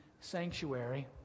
sanctuary